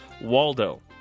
Waldo